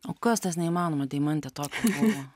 o kas tas neįmanoma deimante tokio buvo